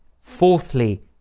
fourthly